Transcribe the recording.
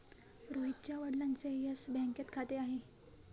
रोहितच्या वडिलांचे येस बँकेत खाते आहे